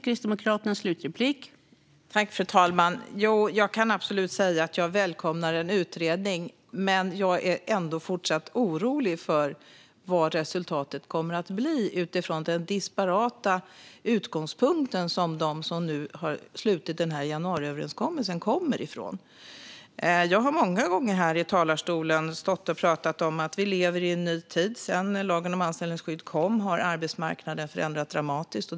Fru talman! Jag kan absolut säga att jag välkomnar en utredning. Men jag är ändå fortsatt orolig för att vad resultatet kommer att bli utifrån den disparata utgångspunkten som de som har slutit januariöverenskommelsen kommer ifrån. Jag har många gånger här i talarstolen stått och pratat om att vi lever i en ny tid. Sedan lagen om anställningsskydd kom har arbetsmarknaden förändrats dramatiskt.